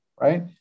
right